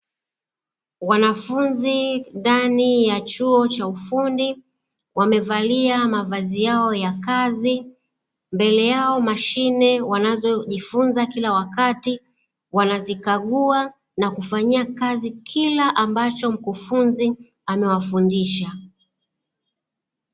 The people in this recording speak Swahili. Wanafunzi ndani ya chuo cha ufundi, wakevalia mavazi yao ya kazi, mbele yao mashine. Wanazojifunza kila wakati, wanazikagua na kufanyia kazi kila ambacho mkufunzi amewafundisha.